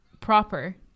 proper